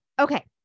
Okay